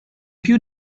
più